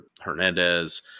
Hernandez